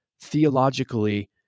theologically